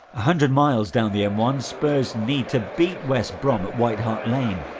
hundred miles down the m one, spurs need to beat west brom at white hart lane,